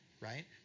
right